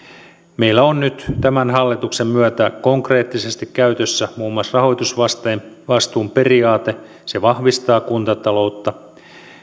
meillä on nyt tämän hallituksen myötä konkreettisesti käytössä muun muassa rahoitusvastuun periaate se vahvistaa kuntataloutta